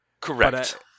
Correct